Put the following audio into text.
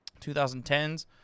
2010s